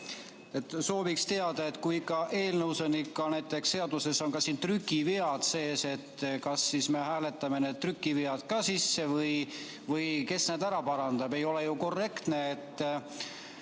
Sooviks teada, et kui ikka eelnõus, ka näiteks seaduses on trükivead sees, kas me siis hääletame need trükivead sisse või kes need ära parandab. Ei ole ju korrektne,